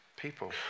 People